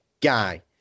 guy